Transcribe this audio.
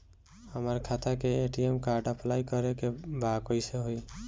हमार खाता के ए.टी.एम कार्ड अप्लाई करे के बा कैसे होई?